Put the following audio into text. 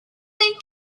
they